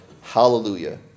Hallelujah